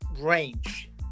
range